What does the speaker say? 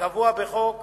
כקבוע בחוק